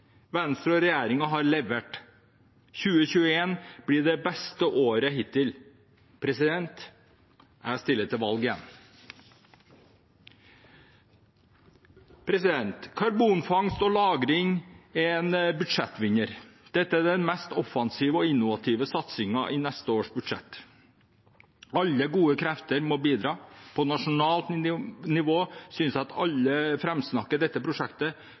Venstre og regjeringen har levert. 2021 blir det beste året hittil. Jeg stiller til valg igjen. Karbonfangst og -lagring er en budsjettvinner. Dette er den mest offensive og innovative satsingen i neste års budsjett. Alle gode krefter må bidra. På nasjonalt nivå synes jeg at alle framsnakker dette prosjektet,